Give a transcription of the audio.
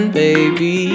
baby